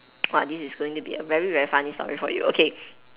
!wah! this is going to be a very very funny story for you okay